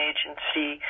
Agency